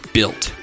Built